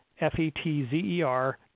f-e-t-z-e-r